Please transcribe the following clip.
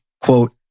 Quote